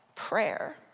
prayer